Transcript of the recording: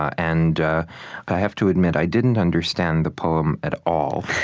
and i have to admit, i didn't understand the poem at all.